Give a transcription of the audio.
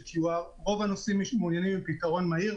QR. רוב הנוסעים מעוניינים בפתרון מהיר,